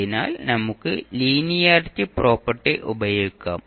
അതിനാൽ നമുക്ക് linearity property പ്രയോഗിക്കാം